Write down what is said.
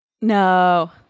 No